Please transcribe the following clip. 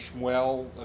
Schmuel